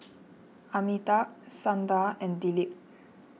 Amitabh Sundar and Dilip